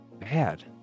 Bad